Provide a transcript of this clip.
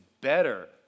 better